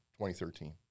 2013